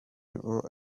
our